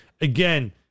Again